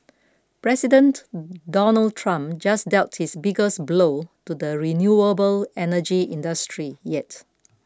President Donald Trump just dealt his biggest blow to the renewable energy industry yet